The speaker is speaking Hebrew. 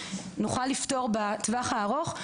נוכל לפתור בטווח הארוך.